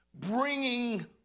bringing